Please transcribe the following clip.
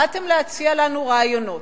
באתם להציע לנו רעיונות.